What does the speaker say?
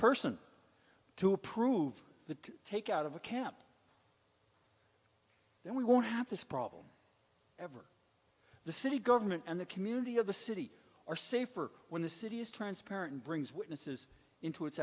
person to approve the take out of a camp then we won't have this problem ever the city government and the community of the city are safer when the city is transparent and brings witnesses into